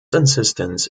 insistence